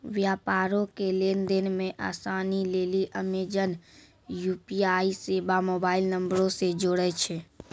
व्यापारो के लेन देन मे असानी लेली अमेजन यू.पी.आई सेबा मोबाइल नंबरो से जोड़ै छै